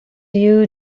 you